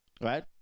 right